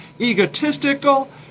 egotistical